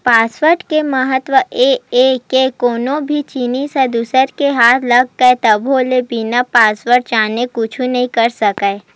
password के महत्ता ए हे के कोनो भी जिनिस ह दूसर के हाथ लग गे तभो ले बिना पासवर्ड जाने कुछु नइ कर सकय